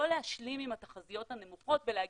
לא להשלים עם התחזיות הנמוכות ולהגיד,